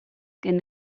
can